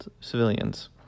civilians